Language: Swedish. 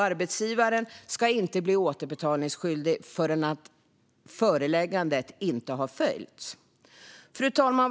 Arbetsgivaren ska inte bli återbetalningsskyldig förrän då föreläggandet inte har följts. Fru talman!